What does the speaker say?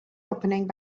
opening